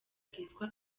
kitwa